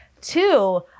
Two